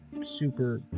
super